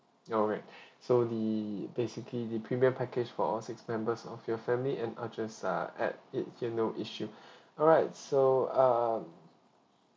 alright so the basically the premium package for all six members of your family and arches err at it ya no issue alright so err